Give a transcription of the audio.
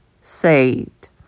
saved